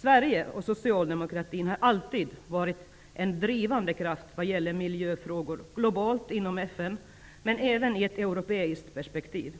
Sverige och socialdemokratin har alltid varit en drivande kraft vad gäller miljöfrågor globalt inom FN, men även ur ett europeiskt perspektiv.